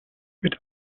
mit